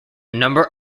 number